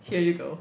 here you go